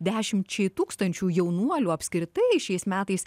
dešimčiai tūkstančių jaunuolių apskritai šiais metais